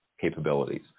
capabilities